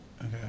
Okay